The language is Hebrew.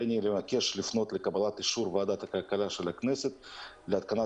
הריני מבקש לפנות לקבלת אישור ועדת הכלכלה של הכנסה להתקנת